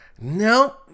no